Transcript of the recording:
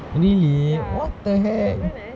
really what the heck